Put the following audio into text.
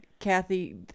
Kathy